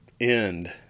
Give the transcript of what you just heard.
end